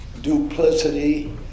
duplicity